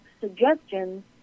suggestions